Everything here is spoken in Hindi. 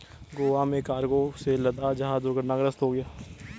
गोवा में कार्गो से लदा जहाज दुर्घटनाग्रस्त हो गया